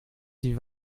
die